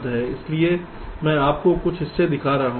इसलिए मैं आपको कुछ दिखा रहा हूं